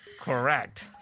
Correct